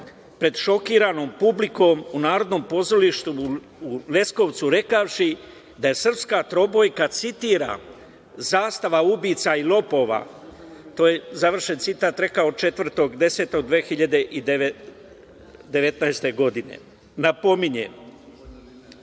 pred šokiranom publikom u Narodnom pozorištu u Leskovcu, rekavši da je srpska trobojka, citiram - zastava ubica i lopova. Završen citat. To je rekao 4. oktobra 2019. godine. Napominjem